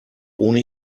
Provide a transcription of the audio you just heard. ohne